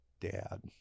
dad